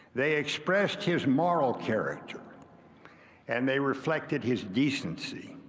they expressed his moral character and they reflected his decency,